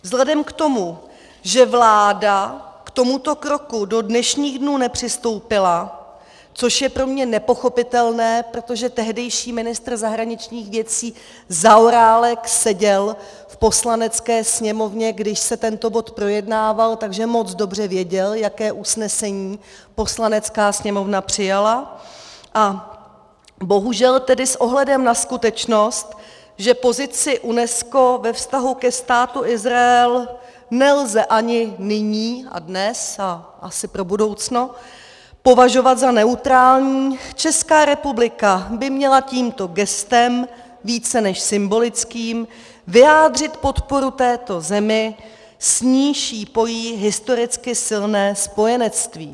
Vzhledem k tomu, že vláda k tomuto kroku do dnešních dnů nepřistoupila, což je pro mě nepochopitelné, protože tehdejší ministr zahraničních věcí Zaorálek seděl v Poslanecké sněmovně, když se tento bod projednával, takže moc dobře věděl, jaké usnesení Poslanecká sněmovna přijala, a bohužel s ohledem na skutečnost, že pozici UNESCO ve vztahu ke Státu Izrael nelze ani nyní a dnes a asi pro budoucno považovat za neutrální, Česká republika by měla tímto gestem více než symbolickým vyjádřit podporu této zemi, s níž ji pojí historicky silné spojenectví.